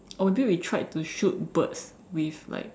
although we tried to shoot birds with like